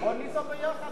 בוא ניזום יחד בחוק אחר.